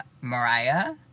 Mariah